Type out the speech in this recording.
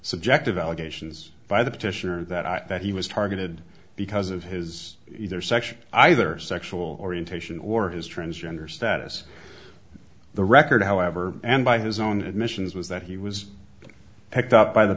subjective allegations by the petitioner that he was targeted because of his either section either sexual orientation or his transgender status the record however and by his own admissions was that he was picked up by the